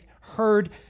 heard